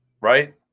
Right